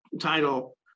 title